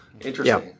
Interesting